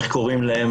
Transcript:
איך קוראים להם,